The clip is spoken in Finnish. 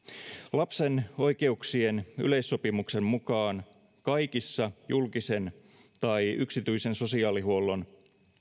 lapsen oikeuksien yleissopimuksen mukaan kaikissa julkisen tai yksityisen sosiaalihuollon